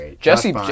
Jesse